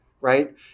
right